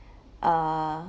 uh